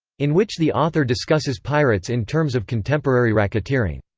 in which the author discusses pirates in terms of contemporary racketeering.